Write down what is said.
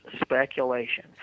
speculation